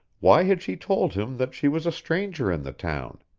why had she told him that she was a stranger in the town?